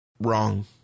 wrong